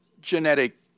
genetic